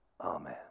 Amen